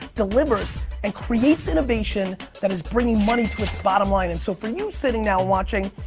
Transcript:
delivers and creates innovation that is bringing money to its bottom line, and so for you sitting now watching,